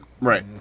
Right